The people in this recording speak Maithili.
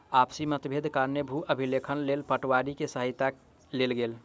आपसी मतभेदक कारणेँ भू अभिलेखक लेल पटवारी के सहायता लेल गेल